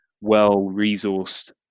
well-resourced